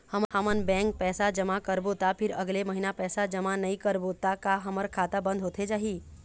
हमन बैंक पैसा जमा करबो ता फिर अगले महीना पैसा जमा नई करबो ता का हमर खाता बंद होथे जाही?